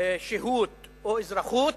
שהות או אזרחות,